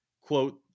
Quote